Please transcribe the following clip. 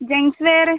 gents wear